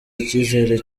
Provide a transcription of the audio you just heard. icyizere